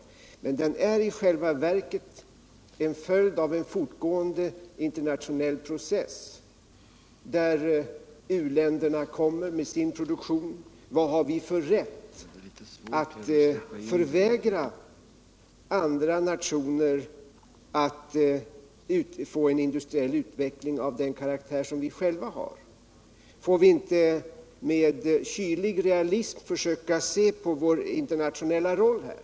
Men den är i själva verket en följd av en fortgående internationell process där uländerna kommer med sin produktion. Och vad har vi för rätt att förvägra andra nationer industriell utveckling av den karaktär vi själva har? Får vi inte med kylig realism försöka se på vår internationella roll här?